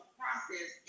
process